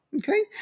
Okay